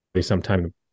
sometime